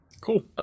Cool